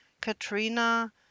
Katrina